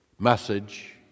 Message